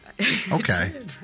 Okay